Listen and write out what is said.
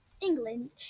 England